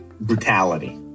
brutality